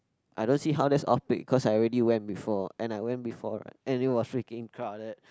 I don't see how that's off peak cause I already went before and I went before right and it was freaking crowded